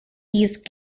used